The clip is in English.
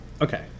Okay